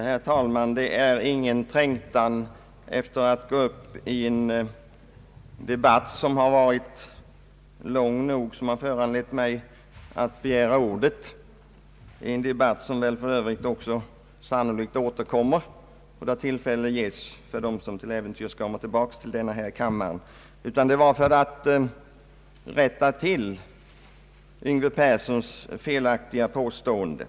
Herr talman! Det är ingen trängtan efter att gå upp i en debatt som redan varit lång nog som har föranlett mig att begära ordet. Denna fråga återkommer för övrigt också sannolikt vid en kommande riksdag och tillfälle ges då för dem som till äventyrs kommer tillbaka till den nya enkammarriksdagen att yttra sig. Jag begärde ordet för att rätta till Yngve Perssons felaktiga påstående.